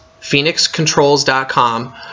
phoenixcontrols.com